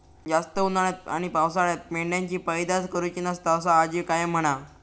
जास्त उन्हाळ्यात आणि पावसाळ्यात मेंढ्यांची पैदास करुची नसता, असा आजी कायम म्हणा